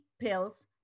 pills